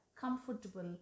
comfortable